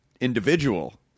individual